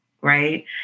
right